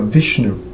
Vishnu